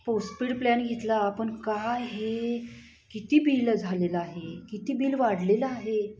postpaid plan घेतला पण काय हे किती बिलं झालेलं आहे किती बिल वाढलेलं आहे